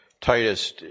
Titus